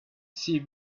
see